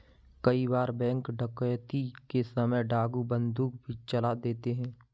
कई बार बैंक डकैती के समय डाकू बंदूक भी चला देते हैं